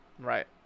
Right